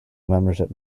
membership